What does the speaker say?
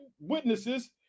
witnesses